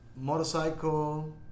Motorcycle